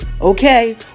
okay